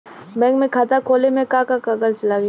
Bank में खाता खोले मे का का कागज लागी?